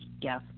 Yes